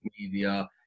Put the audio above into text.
media